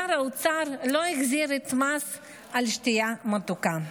שר האוצר לא החזיר את המס על שתייה מתוקה,